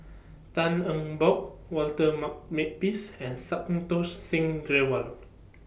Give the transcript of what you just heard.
Tan Eng Bock Walter Ma Makepeace and Santokh Singh Grewal